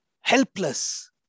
helpless